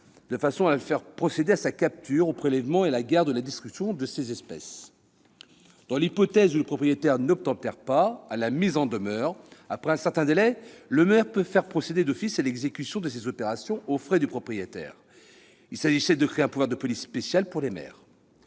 négligent de faire procéder à sa capture, à son prélèvement, à sa garde ou à sa destruction. Dans l'hypothèse où le propriétaire n'obtempère pas à la mise en demeure, après un certain délai, le maire peut faire procéder d'office à l'exécution de ces opérations, aux frais du propriétaire. Il s'agissait de créer un pouvoir de police spéciale pour les maires.